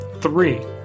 three